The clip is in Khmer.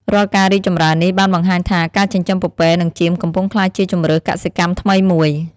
រាល់ការរីកចម្រើននេះ បានបង្ហាញថា ការចិញ្ចឹមពពែនិងចៀមកំពុងក្លាយជាជម្រើសកសិកម្មថ្មីមួយ។